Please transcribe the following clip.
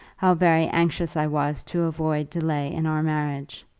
how very anxious i was to avoid delay in our marriage.